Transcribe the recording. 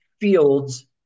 fields